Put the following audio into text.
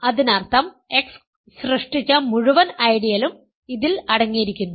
അതിനർത്ഥം X സൃഷ്ടിച്ച മുഴുവൻ ഐഡിയലുo ഇതിൽ അടങ്ങിയിരിക്കുന്നു